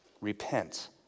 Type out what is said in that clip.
repent